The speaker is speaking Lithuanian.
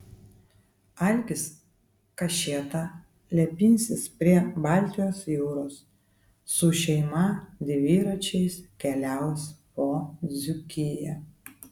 algis kašėta lepinsis prie baltijos jūros su šeima dviračiais keliaus po dzūkiją